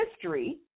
history